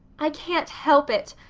i can't help it.